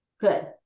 Good